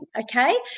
okay